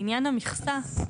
לעניין המכסה,